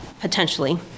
potentially